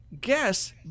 guess